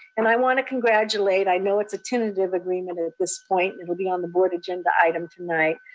and i want to congratulate, i know it's a tentative agreement at this point, it'll be on the board agenda item tonight,